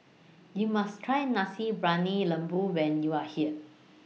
YOU must Try Nasi Briyani Lembu when YOU Are here